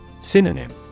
Synonym